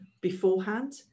beforehand